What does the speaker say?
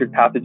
pathogens